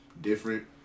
different